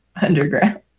underground